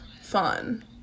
fun